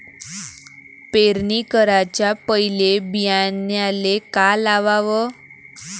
पेरणी कराच्या पयले बियान्याले का लावाव?